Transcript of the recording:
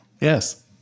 Yes